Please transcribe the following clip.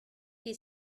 ket